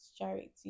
charity